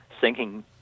sinking